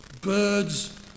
birds